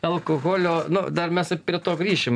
alkoholio nu dar mes prie to grįšim